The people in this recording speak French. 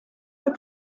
peu